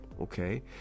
okay